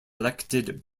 elected